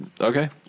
Okay